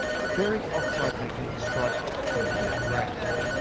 ferric oxide magnetic stripes tend to be brown.